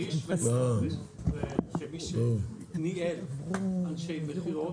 --- מי שניהל אנשי מכירות,